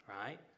Right